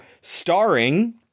starring